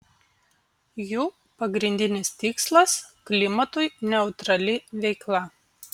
jų pagrindinis tikslas klimatui neutrali veikla